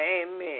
amen